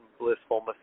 blissful